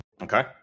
Okay